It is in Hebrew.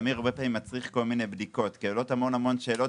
הרבה פעמים מצריך כל מיני בדיקות כי עולות המון שאלות.